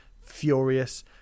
furious